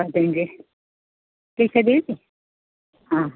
कर देंगे ठीक है दीदी हाँ